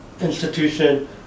institution